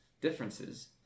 differences